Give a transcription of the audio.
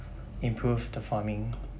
improve the farming